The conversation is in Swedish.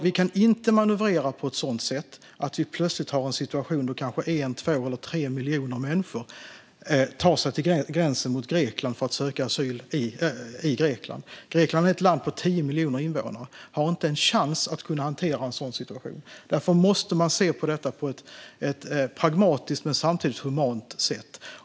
Vi kan inte manövrera på ett sådant sätt att vi plötsligt har en situation då kanske 1, 2 eller 3 miljoner människor tar sig till gränsen mot Grekland för att söka asyl i Grekland. Grekland är ett land på 10 miljoner invånare och har inte en chans att kunna hantera en sådan situation. Därför måste man se på detta på ett pragmatiskt men samtidigt humant sätt.